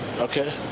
Okay